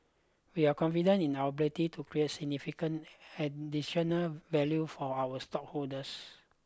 we are confident in our ability to create significant additional value for our stockholders